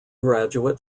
graduate